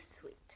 sweet